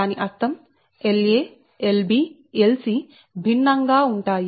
దాని అర్థం La Lb Lc భిన్నంగా ఉంటాయి